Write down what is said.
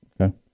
Okay